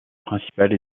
principale